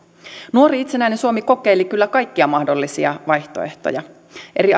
nuori itsenäinen suomi kokeili kyllä kaikkia mahdollisia vaihtoehtoja eri